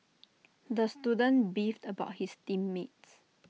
the student beefed about his team mates